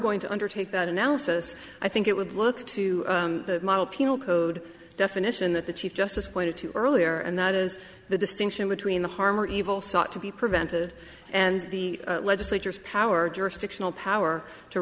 going to undertake that analysis i think it would look to the model penal code definition that the chief justice pointed to earlier and that is the distinction between the harm or evil sought to be prevented and the legislatures power jurisdictional power to